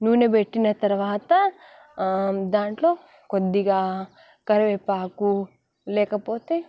నూనె పెట్టిన తరువాత దాంట్లో కొద్దిగా కరివేపాకు లేకపోతే